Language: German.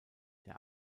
der